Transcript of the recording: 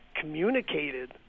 communicated